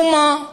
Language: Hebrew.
משום מה,